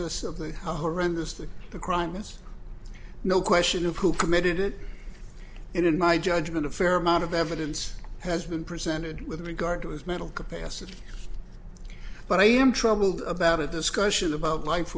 horrendously the crime it's no question of who committed it in my judgment a fair amount of evidence has been presented with regard to his mental capacity but i am troubled about a discussion about life